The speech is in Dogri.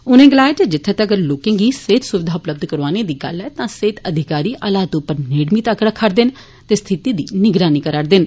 उनें गलाया जे जित्थे तगरा लोकें गी सेहत सुविधा उपलब्ध करौआने दी गल्ल ऐ तां सेहत अधिकारी हालात उप्पर नेड़मी तक्क रक्खा रदे न ते स्थिति दी निगरानी करा रदे न